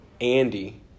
Andy